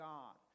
God